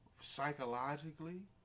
psychologically